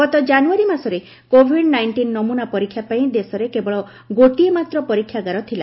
ଗତ କାନୁୟାରୀ ମାସରେ COVID nineteen ନମୁନା ପରୀକ୍ଷା ପାଇଁ ଦେଶରେ କେବଳ ଗୋଟିଏ ମାତ୍ର ପରୀକ୍ଷାଗାର ଥିଲା